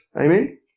Amen